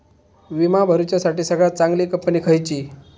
विमा भरुच्यासाठी सगळयात चागंली कंपनी खयची?